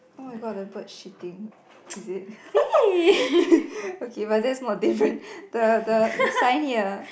oh-my-god the bird shitting is it okay but that's more different the the the sign here